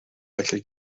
felly